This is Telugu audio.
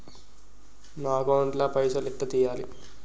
నా అకౌంట్ ల పైసల్ ఎలా తీయాలి?